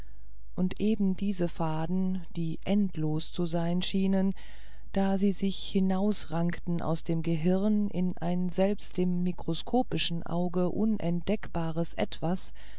und eben diese faden die endlos zu sein schienen da sie sich hinausrankten aus dem gehirn in ein selbst dem mikroskopischen auge unentdeckbares etwas